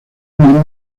miembro